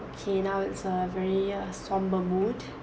okay now it's err very err somber mood